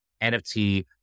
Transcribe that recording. NFT